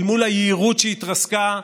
אל מול היהירות שהתרסקה,